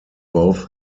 both